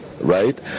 right